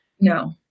No